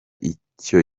icyo